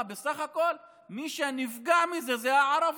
מה, בסך הכול מי שנפגע מזה זה הערבים,